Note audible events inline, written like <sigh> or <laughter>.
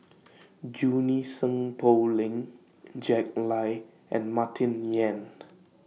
Junie Sng Poh Leng Jack Lai and Martin Yan <noise>